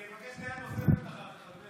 אני אבקש דעה נוספת אחר כך.